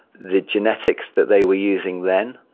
the genetics that they were using then,